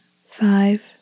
Five